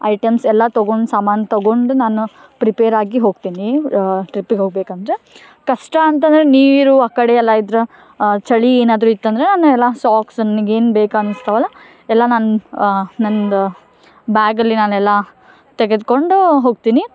items ಎಲ್ಲ ತಗೊಂಡು ಸಾಮಾನು ತಗೊಂಡು ನಾನು ಪ್ರಿಪೇರಾಗಿ ಹೋಗ್ತೀನಿ ಟ್ರಿಪ್ಪಿಗೆ ಹೋಗಬೇಕಂದ್ರೆ ಕಷ್ಟ ಅಂತಂದರೆ ನೀರು ಆ ಕಡೆಯೆಲ್ಲ ಇದ್ದರೆ ಚಳಿ ಏನಾದರೂ ಇತ್ತಂದರೆ ನಾವೆಲ್ಲ ಸಾಕ್ಸ್ ನನಗೇನು ಬೇಕು ಅನಿಸ್ತವಲ್ಲ ಎಲ್ಲ ನನ್ನ ನಂದು ಬ್ಯಾಗಲ್ಲಿ ನಾನು ಎಲ್ಲ ತೆಗೆದುಕೊಂಡು ಹೋಗ್ತೀನಿ